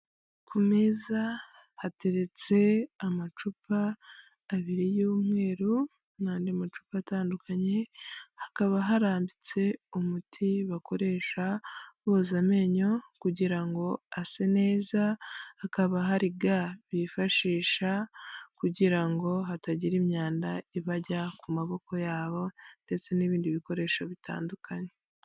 Ku meza hateretse amacupa abiri y'umweru n'andi macupa atandukanye, hakaba harambitse umuti bakoresha boza amenyo kugira ngo ase neza, hakaba hari ga bifashisha kugira ngo hatagira imyanda ibajya ku maboko yabo ndetse n'ibindi bikoresho bitandukanye.